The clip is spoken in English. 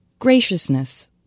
Graciousness